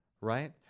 right